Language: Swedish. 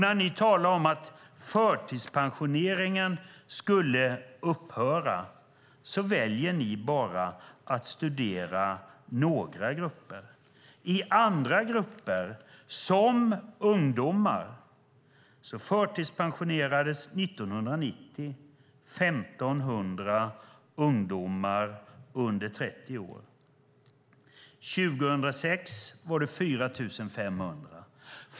När ni talar om att förtidspensioneringen skulle upphöra väljer ni att bara studera några grupper. I andra grupper, som ungdomar, är det annorlunda. År 1990 förtidspensionerades 1 500 ungdomar under 30 år. År 2006 var det 4 500.